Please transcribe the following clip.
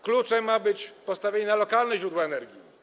Kluczem ma być postawienie na lokalne źródła energii.